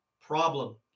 problem